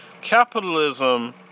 capitalism